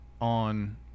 on